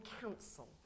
council